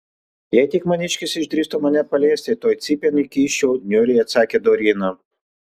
jei tik maniškis išdrįstų mane paliesti tuoj cypėn įkiščiau niūriai atsakė dorina